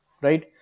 right